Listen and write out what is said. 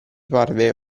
parve